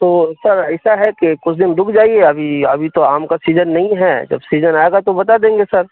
تو سر ایسا ہے کہ کچھ دن رک جائیے ابھی ابھی تو آم کا سیجن نہیں ہے جب سیجن آئے گا تو بتا دیں گے سر